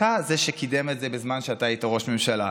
אתה זה שקידם את זה בזמן שאתה היית ראש ממשלה.